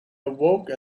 awoke